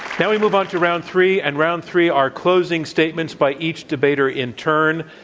now we move on to round three. and round three are closing statements by each debater in turn,